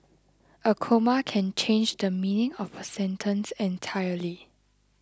a comma can change the meaning of a sentence entirely